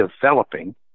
developing